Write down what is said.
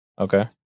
Okay